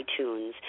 itunes